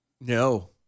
No